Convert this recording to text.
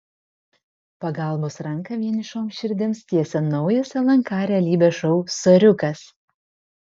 pagalbos ranką vienišoms širdims tiesia naujas lnk realybės šou soriukas